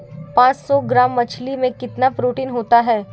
पांच सौ ग्राम मछली में कितना प्रोटीन होता है?